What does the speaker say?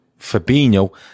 Fabinho